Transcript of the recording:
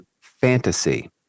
fantasy